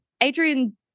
Adrian